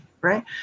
right